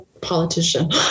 politician